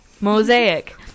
Mosaic